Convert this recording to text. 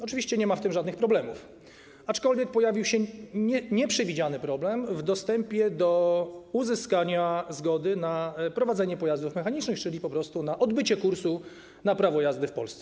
Oczywiście nie ma przy tym żadnych problemów, aczkolwiek pojawił się nieprzewidziany problem związany z dostępem do uzyskania zgody na prowadzenie pojazdów mechanicznych, czyli po prostu na odbycie kursu na prawo jazdy w Polsce.